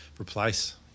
replace